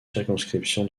circonscription